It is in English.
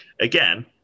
again